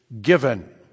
given